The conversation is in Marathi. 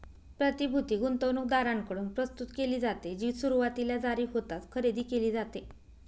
प्रतिभूती गुंतवणूकदारांकडून प्रस्तुत केली जाते, जी सुरुवातीला जारी होताच खरेदी केली जाते